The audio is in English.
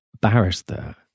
barrister